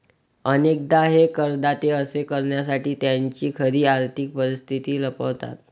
अनेकदा हे करदाते असे करण्यासाठी त्यांची खरी आर्थिक परिस्थिती लपवतात